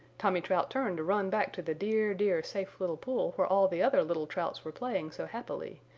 tommy trout turned to run back to the dear, dear safe little pool where all the other little trouts were playing so happily,